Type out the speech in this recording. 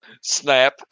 Snap